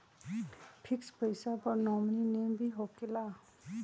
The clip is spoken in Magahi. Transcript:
फिक्स पईसा पर नॉमिनी नेम भी होकेला?